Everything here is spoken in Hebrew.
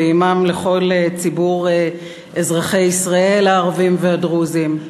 ועמם לכל ציבור אזרחי ישראל הערבים והדרוזים.